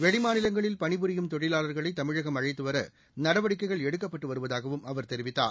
வெளிமாநிலங்களில் பணிபுரியும் தொழிலாளா்களை தமிழகம் அழைத்துவர நடவடிக்கைகள் எடுக்கப்பட்டு வருவதாகவும் அவர் தெரிவித்தார்